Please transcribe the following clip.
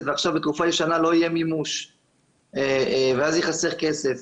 ועכשיו לתרופה ישנה לא יהיה מימוש ואז ייחסך כסף,